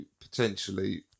potentially